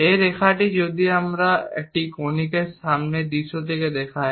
এই রেখাটি যদি আমরা একটি কনিকর সামনের দৃশ্য থেকে তাকাই